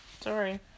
sorry